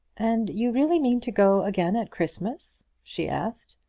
and you really mean to go again at christmas? she asked.